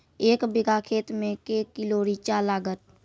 एक बीघा खेत मे के किलो रिचा लागत?